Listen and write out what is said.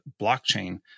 blockchain